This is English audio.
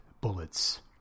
bullets